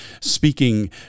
speaking